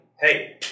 hey